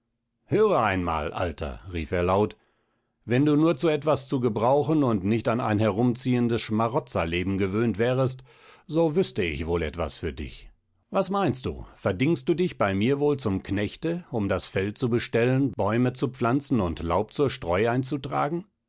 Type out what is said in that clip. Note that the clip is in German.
höre einmal alter rief er laut wenn du nur zu etwas zu gebrauchen und nicht an ein herumziehendes schmarotzerleben gewöhnt wärest so wüßte ich wohl etwas für dich was meinst du verdingst du dich bei mir wohl zum knechte um das feld zu bestellen baume zu pflanzen und laub zur streu einzutragen